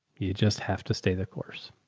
you just have to stay the course.